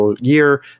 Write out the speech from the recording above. year